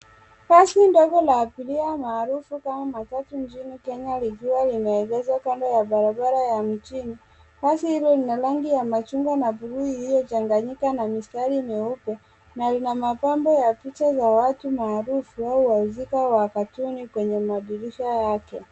Basi ndogo la abiria maarufu kama matatu nchini Kenya likiwa limeegezwa kando ya barabara ya mjini. Basi hilo lina rangi ya machungwa na buluu iliyochanganyika na mistari meupe na ina mabampo ya picha za watu maarufu au wahusika wa katuni kwenye madirisha yake.